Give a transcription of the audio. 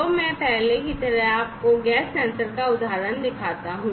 तो पहले की तरह मैं आपको गैस सेंसर का उदाहरण दिखाता हूं